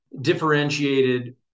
differentiated